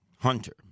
Hunter